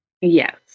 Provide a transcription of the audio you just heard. Yes